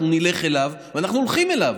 אנחנו נלך אליו, ואנחנו הולכים אליו,